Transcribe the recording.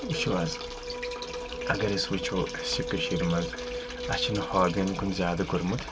وٕچھو حظ اَگر أسۍ وٕچھو اَسہِ کٔشیٖر منٛز اَسہِ چھُنہٕ ہابِیَن کُن زیادٕ کوٚرمُت